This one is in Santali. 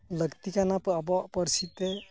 ᱞᱟᱹᱠᱛᱤ ᱠᱟᱱᱟ ᱛᱚ ᱟᱵᱚᱣᱟᱜ ᱯᱟᱹᱨᱥᱤ ᱛᱮ